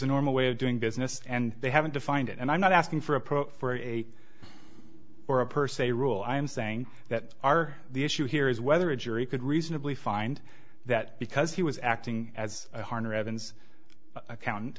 a normal way of doing business and they haven't defined it and i'm not asking for a pro for a or a per se rule i'm saying that our the issue here is whether a jury could reasonably find that because he was acting as a